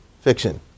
fiction